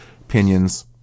Opinions